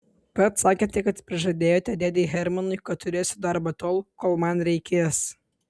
pats sakėte kad prižadėjote dėdei hermanui kad turėsiu darbą tol kol man reikės